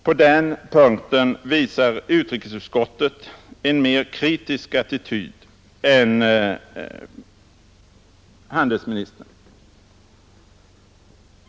På denna punkt visar utrikesutskottet en mer kritisk attityd än handelsministern.